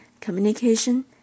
Communication